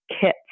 kits